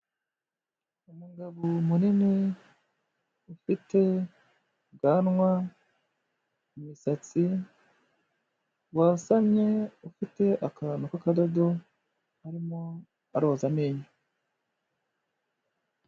Umugabo munini ufite ubwanwa, imisatsi, wasamye ufite akantu k'akadodo arimo aroza amenyo.